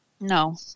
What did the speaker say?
No